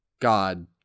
God